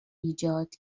ایجاد